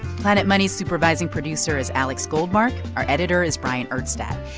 planet money's supervising producer is alex goldmark. our editor is bryant urstadt.